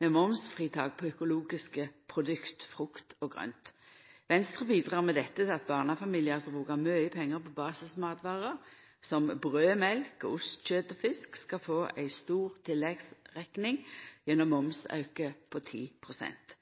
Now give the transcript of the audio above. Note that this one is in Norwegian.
med momsfritak på økologiske produkt, frukt og grønt. Venstre bidreg med dette til at barnefamiliar som brukar mykje pengar på basismatvarer, som brød, mjølk, ost, kjøt og fisk, skal få ei stor tilleggsrekning gjennom ein momsauke på 10 pst.